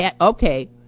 Okay